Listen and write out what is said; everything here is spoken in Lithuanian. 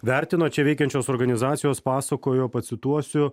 vertino čia veikiančios organizacijos pasakojo pacituosiu